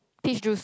peach juice